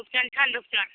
रूपचन छनि रूपचन